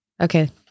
Okay